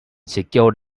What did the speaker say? secured